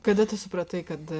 kada tu supratai kad